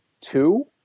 two